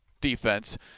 defense